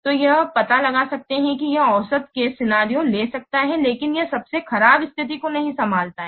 तो यह पता लगा सकता है कि यह औसत केस सेनारिओ ले सकता है लेकिन यह सबसे खराब स्थिति को नहीं संभालता है